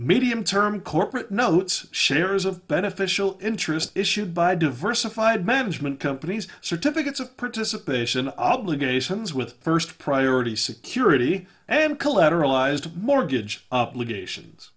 medium term corporate notes shares of beneficial interest issued by diversified management companies certificates of participation obligations with first priority security and collateralized mortgage obligations